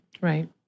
Right